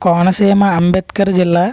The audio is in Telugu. కోనసీమ అంబేద్కర్ జిల్లా